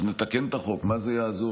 אז נתקן את החוק, מה זה יעזור?